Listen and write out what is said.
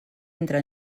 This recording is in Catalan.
entra